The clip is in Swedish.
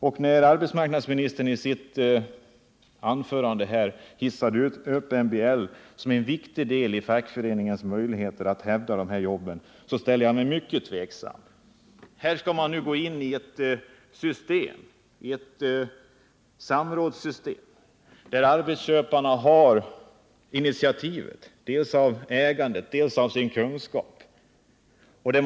Och när arbetsmarknadsministern hissar upp MBL som en viktig del i fackföreningarnas möjligheter att hävda de här jobben, så ställer jag mig mycket tvekande. Här skall man nu gå in ett samrådssystem där arbetsköparna har initiativet dels på grund av ägandet, dels på grund av de kunskaper de besitter.